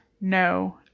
No